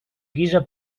guisa